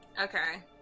Okay